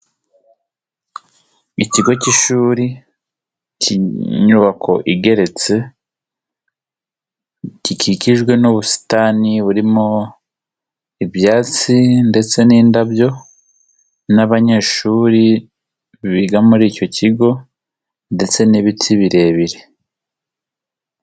Ikigo cy'ishuri cy'inyubako igeretse gikikijwe n'ubusitani burimo ibyatsi ndetse n'indabyo n'abanyeshuri biga muri icyo kigo ndetse n'ibiti birebire.